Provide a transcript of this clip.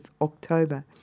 October